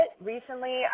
Recently